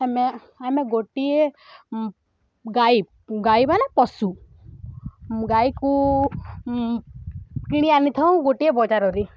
ଆମେ ଆମ ଗୋଟିଏ ଗାଈ ଗାଈମାନେ ପଶୁ ଗାଈକୁ କିଣି ଆଣି ଥାଉ ଗୋଟିଏ ବଜାରରେ